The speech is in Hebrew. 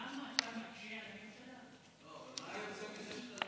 למה אתה מקשה על, מה יוצא מזה, אני